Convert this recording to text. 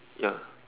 ya